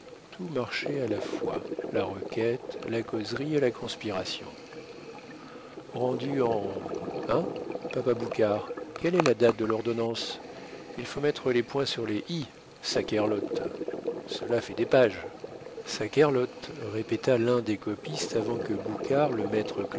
tout marchait à la fois la requête la causerie et la conspiration rendue en hein papa boucard quelle est la date de l'ordonnance il faut mettre les points sur les i saquerlotte cela fait des pages saquerlotte répéta l'un des copistes avant que boucard le